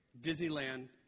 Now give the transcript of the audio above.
Disneyland